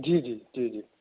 جی جی جی جی